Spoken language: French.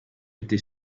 été